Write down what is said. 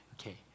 okay